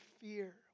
fear